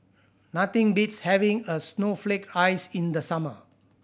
nothing beats having a snowflake ice in the summer